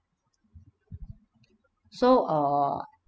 so err